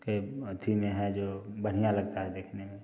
के अथी में है जो बढ़िया लगता है देखने में